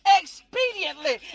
expediently